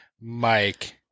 Mike